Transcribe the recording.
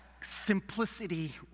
Simplicity